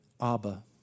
Abba